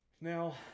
Now